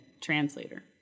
translator